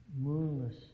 moonless